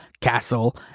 Castle